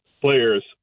players